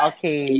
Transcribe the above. Okay